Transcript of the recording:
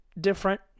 different